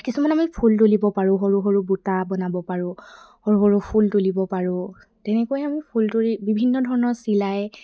কিছুমান আমি ফুল তুলিব পাৰোঁ সৰু সৰু বুটা বনাব পাৰোঁ সৰু সৰু ফুল তুলিব পাৰোঁ তেনেকৈ আমি ফুল তুলি বিভিন্ন ধৰণৰ চিলাই